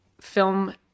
film